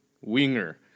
winger